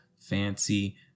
fancy